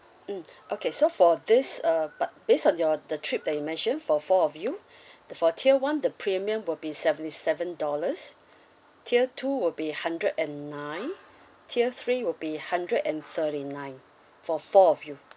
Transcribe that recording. mm okay so for this uh but based on your the trip that you mention for four of you the for tier one the premium will be seventy seven dollars tier two will be hundred and nine tier three will be hundred and thirty nine for four of you